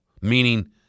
meaning